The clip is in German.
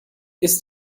ist